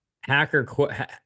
hacker